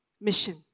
mission